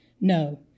No